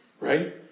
Right